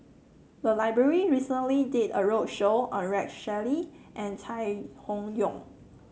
the library recently did a roadshow on Rex Shelley and Chai Hon Yoong